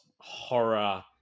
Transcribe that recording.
horror